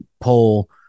poll